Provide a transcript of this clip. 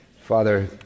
Father